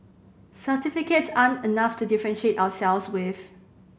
certificates aren't enough to differentiate ourselves with